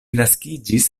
naskiĝis